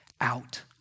out